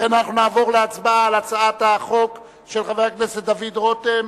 לכן אנחנו נעבור להצבעה על הצעת החוק של חבר הכנסת דוד רותם,